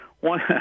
One